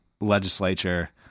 legislature